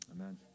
Amen